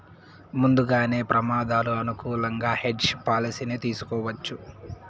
ముందుగానే ప్రమాదాలు అనుకూలంగా హెడ్జ్ పాలసీని తీసుకోవచ్చు